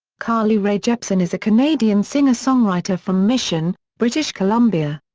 carly rae jepsen is a canadian singer-songwriter from mission, british columbia.